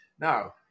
Now